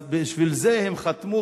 אז בשביל זה הם חתמו,